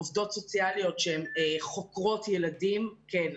עובדות סוציאליות שהן חוקרות ילדים כן,